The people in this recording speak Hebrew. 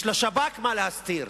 יש לשב"כ מה להסתיר,